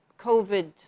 COVID